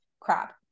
crap